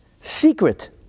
secret